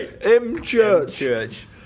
M-Church